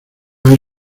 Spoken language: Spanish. hay